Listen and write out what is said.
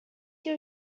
your